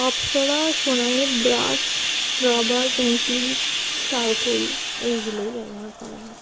অপ্সরা সোনাইয়ের brush rubber pencil charcoal এইগুলোই ব্যবহার করা হয়